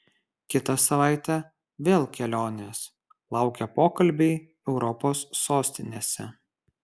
kitą savaitę vėl kelionės laukia pokalbiai europos sostinėse